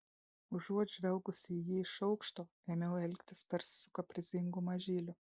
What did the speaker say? užuot žvelgusi į jį iš aukšto ėmiau elgtis tarsi su kaprizingu mažyliu